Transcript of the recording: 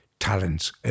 talents